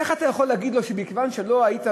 איך אתה יכול להגיד לו שמכיוון שלא היית,